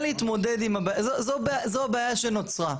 זו הבעיה שנוצרה.